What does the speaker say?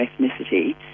ethnicity